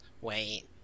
wait